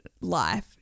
life